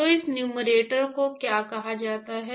तो इस नुमेरटर को क्या कहा जाता है